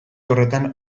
horretan